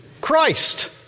Christ